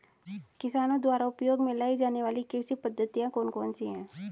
किसानों द्वारा उपयोग में लाई जाने वाली कृषि पद्धतियाँ कौन कौन सी हैं?